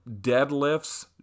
deadlifts